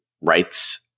rights